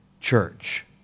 church